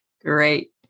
Great